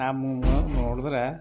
ನೋಡಿದ್ರೆ